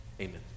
Amen